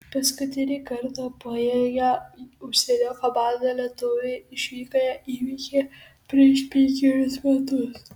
paskutinį kartą pajėgią užsienio komandą lietuviai išvykoje įveikė prieš penkerius metus